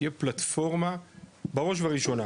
שתהיה פלטפורמה בראש ובראשונה,